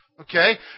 Okay